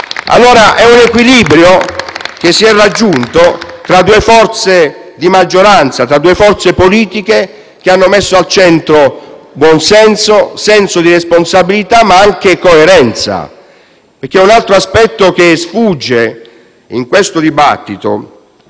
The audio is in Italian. tratta di un equilibrio che è stato raggiunto tra due forze di maggioranza, due forze politiche che hanno messo al centro buon senso, senso di responsabilità, ma anche coerenza. Un altro aspetto che sfugge in questo dibattito,